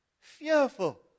fearful